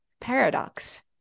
paradox